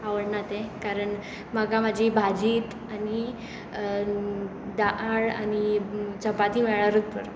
आवडना तें कारण म्हाका म्हजी भाजीच आनी दाळ आनी चपाती मेळ्यारूच पुरो